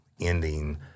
ending